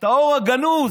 את האור הגנוז.